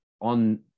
on